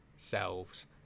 selves